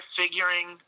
figuring